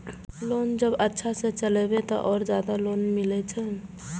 Loan जब अच्छा से चलेबे तो और ज्यादा लोन मिले छै?